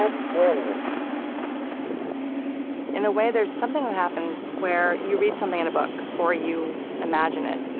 ah in a way, there's something that happens where you read something in a book or you imagine it,